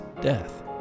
death